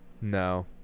No